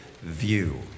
view